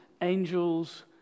angel's